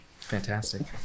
Fantastic